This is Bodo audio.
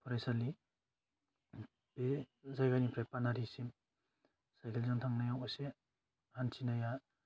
फरायसालि बे जायगानिफ्राय पानारिसिम साइकेलजों थांनायाव एसे हान्थिनाया